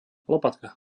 lopatka